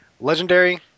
Legendary